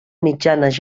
mitjanes